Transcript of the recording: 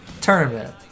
tournament